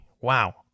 Wow